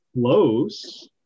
close